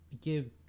give